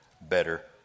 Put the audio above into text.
better